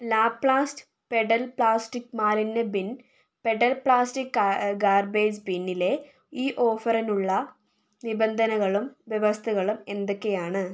Laplast pedal plastic മാലിന്യ bin pedal plastic garbage ബിന്നിലെ ഈ ഓഫറിനുള്ള നിബന്ധനകളും വ്യവസ്ഥകളും എന്തൊക്കെയാണ്